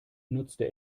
nutzte